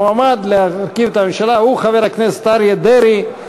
המועמד להרכיב את הממשלה הוא חבר הכנסת אריה דרעי.